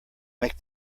make